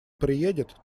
приедет